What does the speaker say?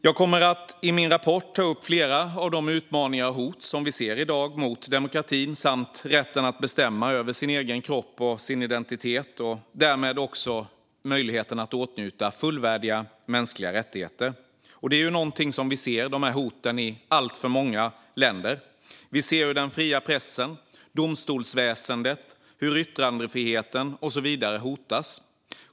Jag kommer i min rapport att ta upp flera av de utmaningar och hot som vi i dag ser mot demokratin och rätten att bestämma över sin egen kropp och identitet och därmed också möjligheten att åtnjuta fullvärdiga mänskliga rättigheter. Sådana hot är något vi ser i alltför många länder. Den fria pressen, domstolsväsendet och yttrandefriheten hotas.